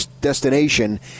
destination